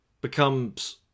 becomes